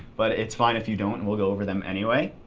but it's fine if you don't we'll go over them anyway.